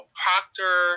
proctor